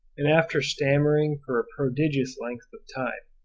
and after stammering for a prodigious length of time,